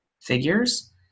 figures